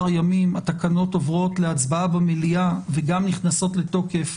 ימים התקנות עוברות להצבעה במליאה וגם נכנסות לתוקף